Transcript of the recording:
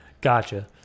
Gotcha